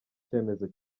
cyemezo